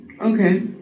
Okay